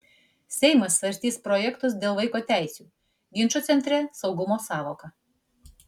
seimas svarstys projektus dėl vaiko teisių ginčo centre saugumo sąvoka